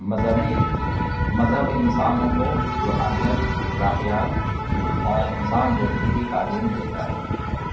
مذہبی مذہب انسانوں کو روحانیت اخلاقیات اور انسان دوستی کی تعلیم دیتا ہے